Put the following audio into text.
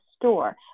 store